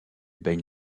baigne